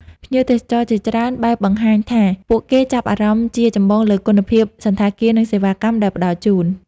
ភ្ញៀវទេសចរជាច្រើនបែបបង្ហាញថាពួកគេចាប់អារម្មណ៍ជាចម្បងលើគុណភាពសណ្ឋាគារ និងសេវាកម្មដែលផ្តល់ជូន។